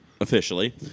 officially